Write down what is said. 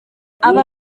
aba